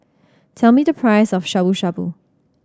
tell me the price of Shabu Shabu